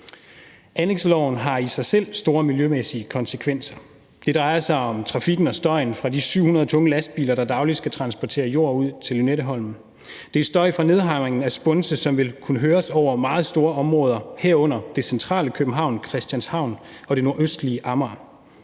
Anlægsloven har i sig selv store miljømæssige konsekvenser. Det drejer sig om trafikken og støjen fra 700 tunge lastbiler, der dagligt skal transportere jord ud til Lynetteholm. Det er støj fra nedhamringen af spunse, som vil kunne høres over meget store områder, herunder det centrale København, Christianshavn og det nordøstlige Amager.